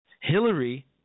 Hillary